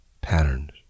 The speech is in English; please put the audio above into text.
patterns